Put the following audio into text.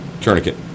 Tourniquet